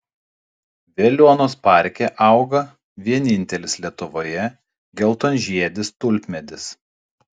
veliuonos parke auga vienintelis lietuvoje geltonžiedis tulpmedis